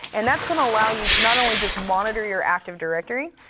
and that's going to allow you to not only just monitor your active directory,